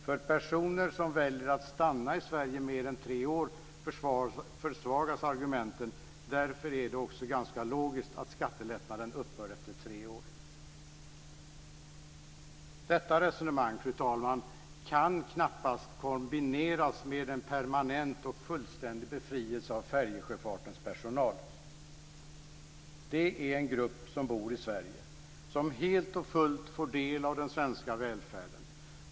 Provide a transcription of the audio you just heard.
För personer som väljer att stanna i Sverige i mer än tre år försvagas argumenten ... Därför är det också ganska logiskt att skattelättnaden upphör efter tre år". Fru talman! Detta resonemang kan knappast kombineras med permanent och fullständig skattebefrielse för färjesjöfartens personal. Det är en grupp som bor i Sverige och som helt och fullt får del av den svenska välfärden.